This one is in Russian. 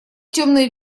темные